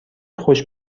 خوش